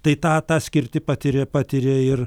tai tą tą skirtį patiria patiria ir